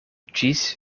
ĝis